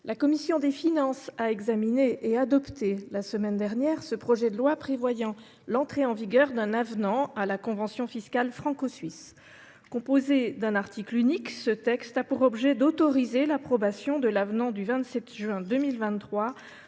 la commission des finances a examiné et adopté la semaine dernière ce projet de loi prévoyant l’entrée en vigueur d’un avenant à la convention fiscale franco suisse. Composé d’un article unique, ce texte a pour objet d’autoriser l’approbation de l’avenant du 27 juin 2023